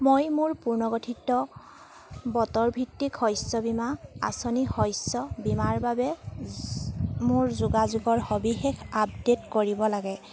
মই মোৰ পুনৰ্গঠিত বতৰ ভিত্তিক শস্য বীমা আঁচনি শস্য বীমাৰ বাবে যো মোৰ যোগাযোগৰ সবিশেষ আপডেট কৰিব লাগে